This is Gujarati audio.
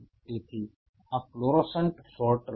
તેથી આ ફ્લોરોસન્ટ સોર્ટર છે